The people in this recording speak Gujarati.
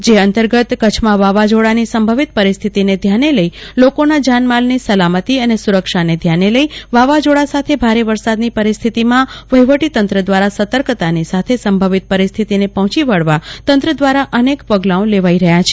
જે અંતર્ગત કચ્છમાં વાવાઝોડાની સંભવિત પરિસ્થિતિને ધ્યાને લઈ લોકોના જાન માલની સલામતી અને સુરક્ષાને ધ્યાને લઈ વાવાઝોડા સાથે ભારે વરસાદની પરિસ્થિતિમાં વહીવટી તંત્ર દ્વારા સતર્કતાની સાથે સંભવિત પરિસ્થિતિને પહોંચી વળવા તંત્ર દ્વારા અનેક પગલાઓ લેવાઈ રહ્યા છે